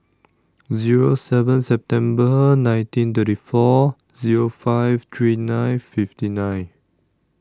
Zero seven September nineteen thirty four Zero five three nine fifty nine